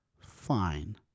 fine